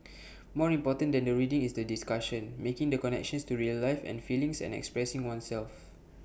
more important than the reading is the discussion making the connections to real life and feelings and expressing oneself